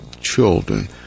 children